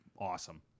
awesome